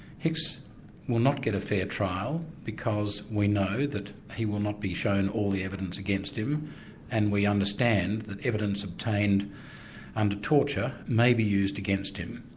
hicks will not get a fair trial because we know that he will not be shown all the evidence against him and we understand that evidence obtained under torture may be used against him.